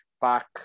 back